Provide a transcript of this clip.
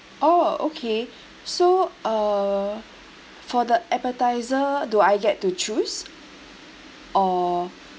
oh okay so uh for the appetiser do I get to choose err